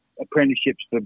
apprenticeships